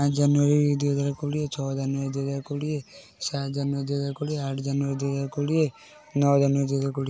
ପାଞ୍ଚ ଜାନୁୟାରୀ ଦୁଇ ହଜାର କୋଡ଼ିଏ ଛଅ ଜାନୁୟାରୀ ଦୁଇ ହଜାର କୋଡ଼ିଏ ସାତ ଜାନୁୟାରୀ ଦୁଇ ହଜାର କୋଡ଼ିଏ ଆଠ ଜାନୁୟାରୀ ଦୁଇ ହଜାର କୋଡ଼ିଏ ନଅ ଜାନୁୟାରୀ ଦୁଇ ହଜାର କୋଡ଼ିଏ